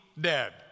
dead